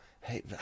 hey